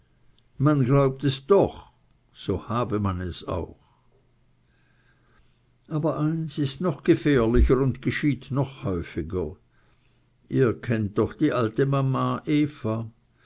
man glaubt es doch so habe man es auch aber eins ist noch gefährlicher und geschieht noch häufiger ihr kennt doch die alte mama eva